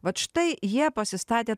vat štai jie pasistatė